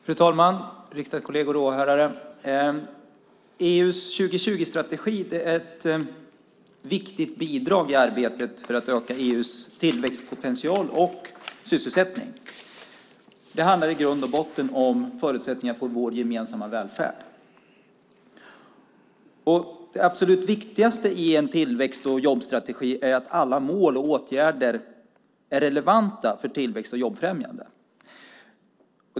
Fru talman! Riksdagskolleger och åhörare! EU:s 2020-strategi är ett viktigt bidrag till arbetet med att öka EU:s tillväxtpotential och sysselsättning. Det handlar i grund och botten om förutsättningarna för vår gemensamma välfärd. Det absolut viktigaste i en tillväxt och jobbstrategi är att alla mål och åtgärder är relevanta för främjandet av tillväxt och jobb.